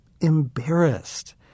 embarrassed